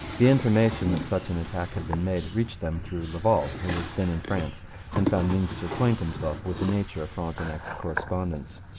the information that such an attack had been made reached them through laval, who was then in france and found means to acquaint himself with the nature of frontenac's correspondence.